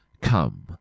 Come